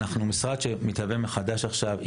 אנחנו משרד שמתהווה מחדש עכשיו,